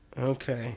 Okay